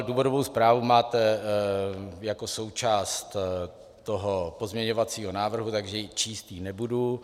Důvodovou zprávu máte jako součást pozměňovacího návrhu, takže číst ji nebudu.